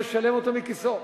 משלם אותו מכיסו.